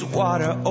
water